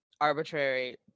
arbitrary